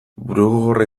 burugogorra